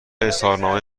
اظهارنامه